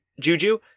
Juju